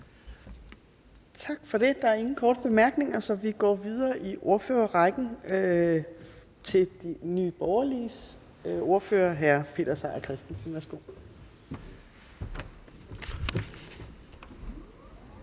Tak for det. Der er ikke nogen korte bemærkninger, så vi går videre i ordførerrækken til Liberal Alliances ordfører, hr. Henrik Dahl. Værsgo.